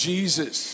Jesus